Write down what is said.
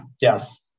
Yes